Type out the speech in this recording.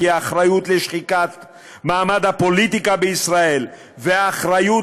כי האחריות לשחיקת מעמד הפוליטיקה בישראל והאחריות